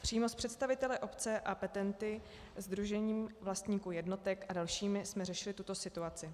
Přímo s představiteli obce a petenty, Sdružením vlastníků jednotek a dalšími jsme řešili tuto situaci.